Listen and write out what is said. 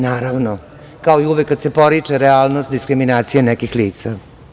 Naravno, kao i uvek kada se poriče realnost diskriminacije nekih lica.